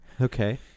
Okay